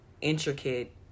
intricate